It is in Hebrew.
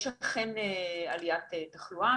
יש אכן עליית תחלואה,